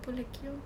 apa lagi ah